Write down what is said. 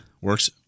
works